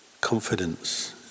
confidence